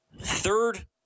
third